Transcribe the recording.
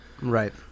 Right